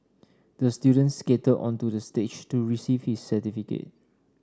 the student skated onto the stage to receive his certificate